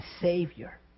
Savior